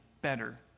better